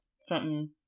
Something-